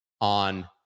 on